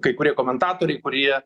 kai kurie komentatoriai kurie